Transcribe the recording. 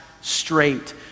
straight